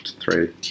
three